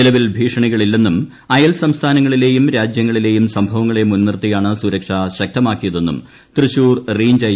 നിലവിൽ ഭീഷണികളില്ലെന്നും അയൽ സംസ്ഥാനങ്ങളിലെയും രാജ്യങ്ങളിലെയും സംഭവങ്ങളെ മുൻനിറുത്തിയാണ് സുരക്ഷ ശക്തമാക്കിയതെന്നും തൃശൂർ റെയ്ഞ്ച് ഐ